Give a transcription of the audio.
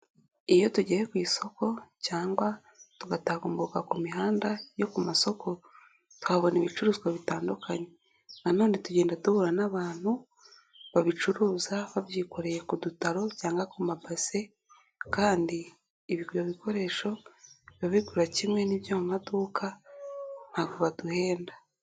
Iyo tugiye ku isoko cyangwa tugatambuka ku mihanda yo ku masoko, tuhabona ibicuruzwa bitandukanye. Nanone tugenda duhura n'abantu, babicuruza babyikoreye ku dutaro cyangwa ku mabase, kandi ibyo bikoresho biba bigura kimwe n'ibyo mu maduka ntago baduhenda.